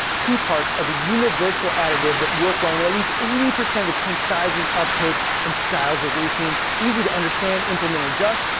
two-parts are the universal additive that work well in at least eighty percent of the tank sizes uptakes and styles of reefing. it's easy to understand, implement, and adjust,